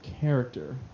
character